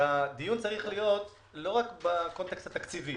שהדיון צריך להיות לא רק בקונטקסט התקציבי